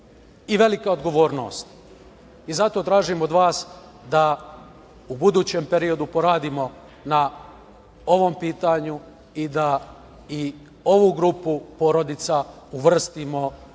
i velika odgovornost i zato tražim od vas da u budućem periodu poradimo na ovom pitanju i da i ovu grupu porodica uvrstimo u